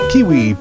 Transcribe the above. Kiwi